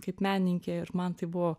kaip menininkė ir man tai buvo